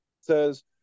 says